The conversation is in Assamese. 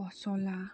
পচলা